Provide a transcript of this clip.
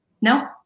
No